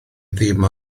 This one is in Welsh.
ddim